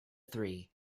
three